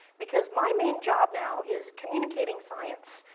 because my main job now is communicating science.